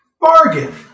bargain